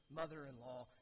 mother-in-law